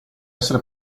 essere